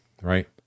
right